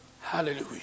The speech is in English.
Hallelujah